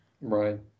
Right